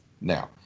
Now